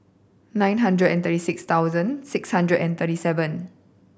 nine hundred and thirty six thousand six hundred and thirty seven